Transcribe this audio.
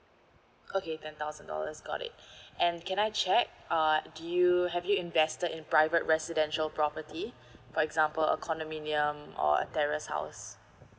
okay ten thousand dollars got it and can I check uh do you have you invested in private residential property for example a condominium or a terrace house